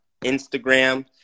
Instagram